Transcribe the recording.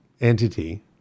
entity